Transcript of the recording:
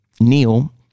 Neil